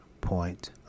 point